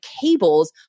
cables